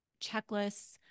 checklists